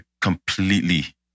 completely